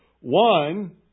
One